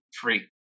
free